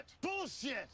Bullshit